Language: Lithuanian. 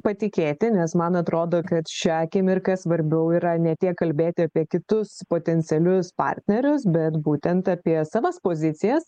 patikėti nes man atrodo kad šią akimirką svarbiau yra ne tiek kalbėti apie kitus potencialius partnerius bet būtent apie savas pozicijas